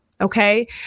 okay